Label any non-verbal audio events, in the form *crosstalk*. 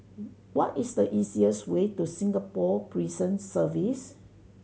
*noise* what is the easiest way to Singapore Prison Service